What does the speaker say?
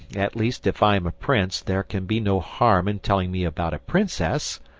at least, if i am a prince, there can be no harm in telling me about a princess.